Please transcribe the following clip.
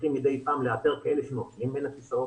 שמצליחים מדי פעם לאתר כאלה שנופלים בין הכיסאות.